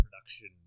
production